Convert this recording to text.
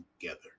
together